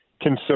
concern